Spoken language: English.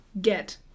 get